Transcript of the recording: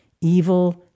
Evil